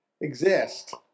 exist